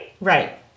right